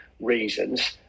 reasons